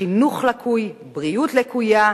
חינוך לקוי, בריאות לקויה,